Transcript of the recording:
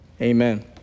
amen